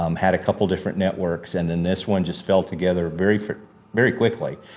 um had a couple different networks and then this one just fell together very very quickly,